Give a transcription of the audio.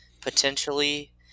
potentially